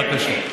בבקשה.